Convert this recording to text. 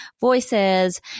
voices